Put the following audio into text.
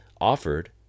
offered